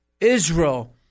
Israel